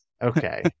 Okay